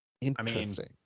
Interesting